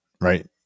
right